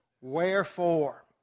Wherefore